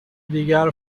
دیگر